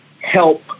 help